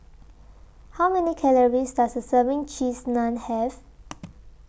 How Many Calories Does A Serving Cheese Naan Have